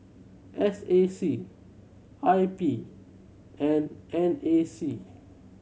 S A C I P and N A C